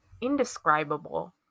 indescribable